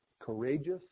courageous